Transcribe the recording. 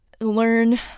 learn